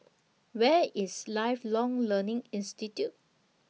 Where IS Lifelong Learning Institute